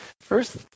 First